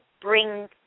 bring